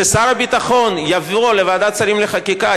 שר הביטחון יבוא לוועדת שרים לחקיקה,